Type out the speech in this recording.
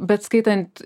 bet skaitant